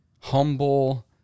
humble